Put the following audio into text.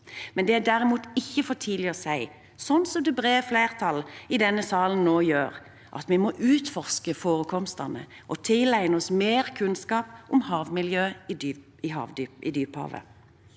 Derimot er det ikke for tidlig å si, slik det brede flertallet i denne salen nå gjør, at vi må utforske forekomstene og tilegne oss mer kunnskap om havmiljøet i dyphavet.